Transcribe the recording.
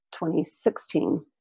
2016